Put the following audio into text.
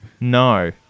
No